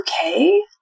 Okay